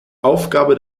aufgabe